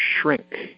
shrink